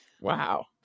Wow